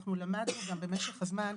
למדנו על זה במשך הזמן,